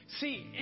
see